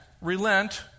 relent